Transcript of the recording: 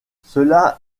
cela